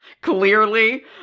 Clearly